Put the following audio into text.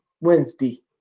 Wednesday